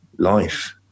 life